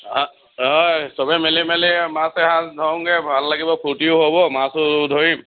হয় চবে মিলি মিলি মাছ এসাঁজ ধৰোঁগে ভাল লাগিব ফুৰ্তিও হ'ব মাছো ধৰিম